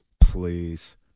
Please